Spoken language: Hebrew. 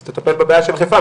אז תטפל בבעיה של חיפה,